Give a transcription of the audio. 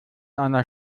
einer